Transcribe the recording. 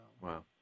Wow